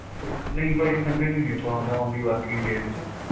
ਨਹੀਂ ਭਾਅ ਜੀ ਸੰਡੇ ਨੂੰ ਨਹੀਂ ਓਪਨ ਹੁੰਦਾ ਓਨਲੀ ਵਰਕਿੰਗ ਡੇਅਸ 'ਚ